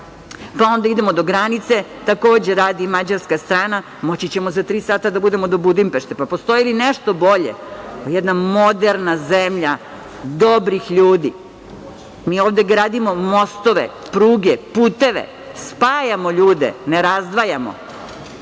pa onda idemo do granice. Takođe radi mađarska strana. Moći ćemo za tri sata da budemo do Budimpešte. Postoji li nešto bolje? Jedna moderna zemlja dobrih ljudi. Mi ovde gradimo mostove, pruge, puteve. Spajamo ljude, ne razdvajamo.